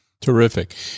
Terrific